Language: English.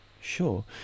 Sure